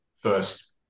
first